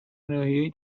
ناحیهای